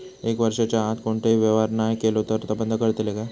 एक वर्षाच्या आत कोणतोही व्यवहार नाय केलो तर ता बंद करतले काय?